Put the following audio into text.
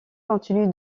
continue